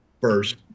first